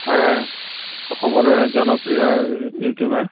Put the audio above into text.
হয় হয় অসমৰে হয় জনপ্ৰিয় ইউটিউবাৰ